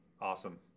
Awesome